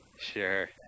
Sure